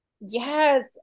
Yes